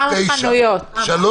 יש מעט חנויות פתוחות, ויש